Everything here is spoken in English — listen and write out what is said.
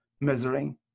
misery